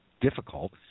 difficult